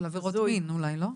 עבירות מין אולי, לא?